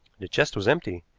the chest was empty.